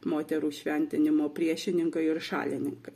moterų šventinimo priešininką ir šalininkai